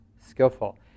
skillful